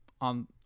on